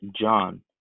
John